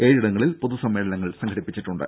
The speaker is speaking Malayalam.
ഏഴിടങ്ങളിൽ പൊതുസമ്മേളനങ്ങൾ സംഘടിപ്പിച്ചിട്ടുണ്ട്